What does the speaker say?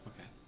Okay